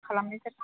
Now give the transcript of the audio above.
खालामनाय जादों